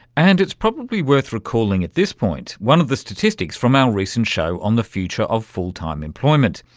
and it's probably worth recalling at this point one of the statistics from our recent show on the future of full time employment.